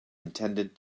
intended